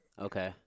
Okay